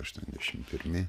aštuoniasdešimt pirmi